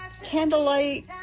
candlelight